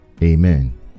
Amen